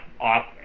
off